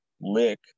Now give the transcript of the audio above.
lick